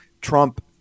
trump